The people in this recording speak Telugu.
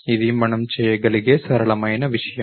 ఇది మనం చేయగలిగే సరళమైన విషయం